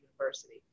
University